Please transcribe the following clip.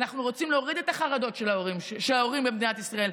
אנחנו רוצים להוריד את החרדות של ההורים במדינת ישראל,